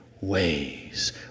ways